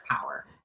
power